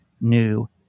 new